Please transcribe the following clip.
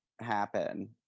happen